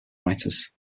writers